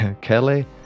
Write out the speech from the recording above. kelly